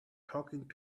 talking